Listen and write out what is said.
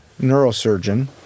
neurosurgeon